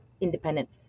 independent